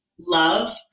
love